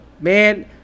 man